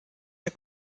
der